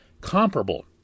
comparable